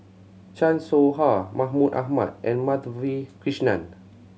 Chan Soh Ha Mahmud Ahmad and Madhavi Krishnan